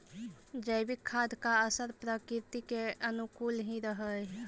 जैविक खाद का असर प्रकृति के अनुकूल ही रहअ हई